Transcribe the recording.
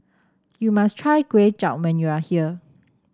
you must try Kuay Chap when you are here